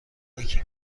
یکی